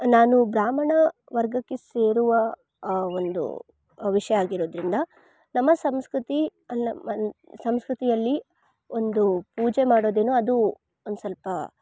ನಾನು ಬ್ರಾಹ್ಮಣ ವರ್ಗಕ್ಕೆ ಸೇರುವ ಒಂದು ವಿಷಯ ಆಗಿರೋದರಿಂದ ನಮ್ಮ ಸಂಸ್ಕೃತಿ ಅಲ್ಲ ನಮ್ಮ ಸಂಸ್ಕೃತಿಯಲ್ಲಿ ಒಂದು ಪೂಜೆ ಮಾಡೋದೇನು ಅದು ಒಂದು ಸ್ವಲ್ಪ